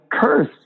curse